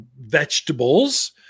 vegetables